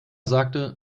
sagte